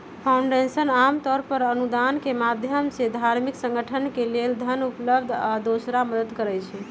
foundation आमतौर पर अनुदान के माधयम से धार्मिक संगठन के लेल धन उपलब्ध आ दोसर मदद करई छई